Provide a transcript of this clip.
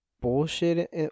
bullshit